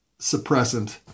suppressant